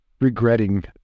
regretting